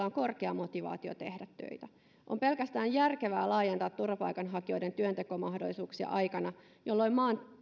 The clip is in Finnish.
on korkea motivaatio tehdä töitä on pelkästään järkevää laajentaa turvapaikanhakijoiden työntekomahdollisuuksia aikana jolloin